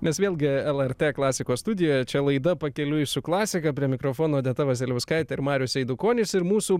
mes vėlgi lrt klasikos studijoje čia laida pakeliui su klasika prie mikrofono odeta vasiliauskaitė ir marius eidukonis ir mūsų